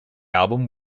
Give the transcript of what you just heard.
album